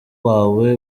wawe